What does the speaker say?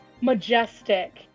Majestic